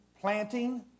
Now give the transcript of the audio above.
planting